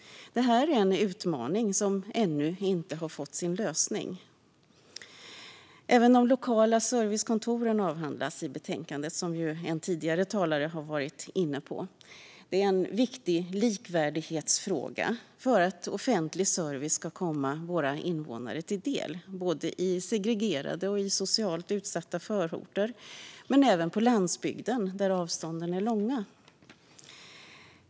Detta är en utmaning som ännu inte har fått sin lösning. Även de lokala servicekontoren avhandlas i betänkandet, som ju en tidigare talare har varit inne på. Det är en viktig likvärdighetsfråga för att offentlig service ska komma våra invånare till del, både i segregerade och i socialt utsatta förorter men även på landsbygden där avstånden är långa.